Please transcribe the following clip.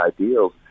ideals